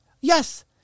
yes